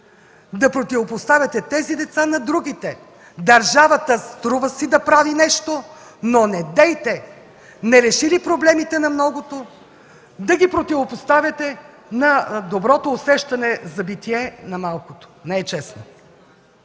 да противопоставяте тези деца на другите. Струва си държавата да прави нещо, но недейте, не решили проблемите на многото, да ги противопоставяте на доброто усещане за битие на малкото. Не е честно!